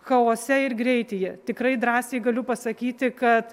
chaose ir greityje tikrai drąsiai galiu pasakyti kad